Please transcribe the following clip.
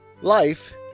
life